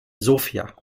sofia